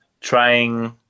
trying